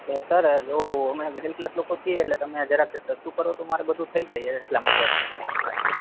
અને સર અમે middle class લોકો છીયે એટલે તમે જરાક સસ્તું કરો તો મારે બધું થઇ જય એટલા માટે